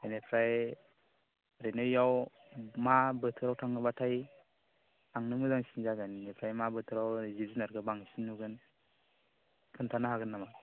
इनिफ्राय ओरैनो इयाव मा बोथोराव थाङोब्लाथाय थांनो मोजांसिन जागोन इनिफ्राय मा बोथोराव जिब जुनार बांसिन नुगोन खोन्थानो हागोन नामा